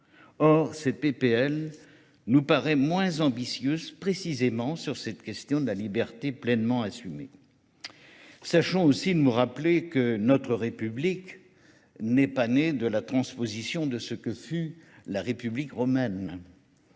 Or, cette PPL nous paraît moins ambitieuse précisément sur cette question de la liberté pleinement assumée. Sachons aussi de nous rappeler que notre République n'est pas né de la transposition de ce que fut la République romaine.